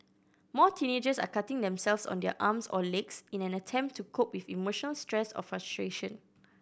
more teenagers are cutting themselves on their arms or legs in an attempt to cope with emotional stress or frustration